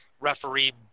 referee